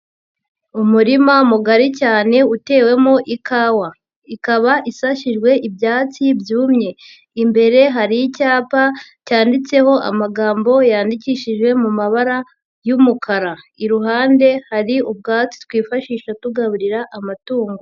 Umurima mugari cyane utewemo ikawa, ikaba isashijwe ibyatsi byumye, imbere hari icyapa cyanditseho amagambo yandikishije mu mabara y'umukara, iruhande hari ubwatsi twifashisha tugaburira amatungo.